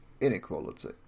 inequality